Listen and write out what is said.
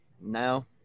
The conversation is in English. no